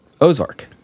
Ozark